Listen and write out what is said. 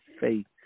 faith